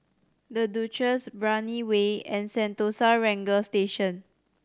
The Duchess Brani Way and Sentosa Ranger Station